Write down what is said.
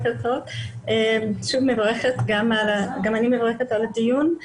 גם אני מברכת על הדיון.